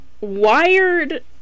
wired